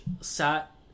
sat